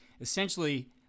Essentially